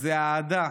זה האהדה,